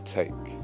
take